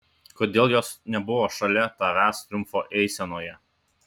kodėl jos nebuvo šalia tavęs triumfo eisenoje